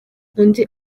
undi